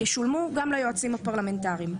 ישולמו גם ליועצים הפרלמנטריים.